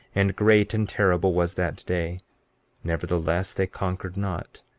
and great and terrible was that day nevertheless, they conquered not,